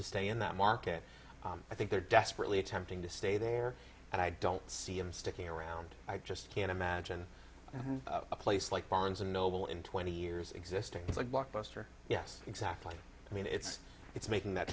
to stay in that market i think they're desperately attempting to stay there and i don't see him sticking around i just can't imagine a place like barnes and noble in twenty years existing like blockbuster yes exactly i mean it's it's making that